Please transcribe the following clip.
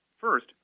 First